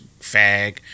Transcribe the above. fag